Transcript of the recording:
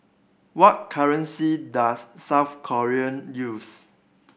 what currency does South Korea use